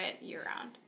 year-round